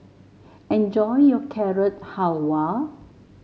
enjoy your Carrot Halwa